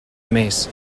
més